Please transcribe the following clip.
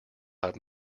have